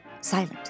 silent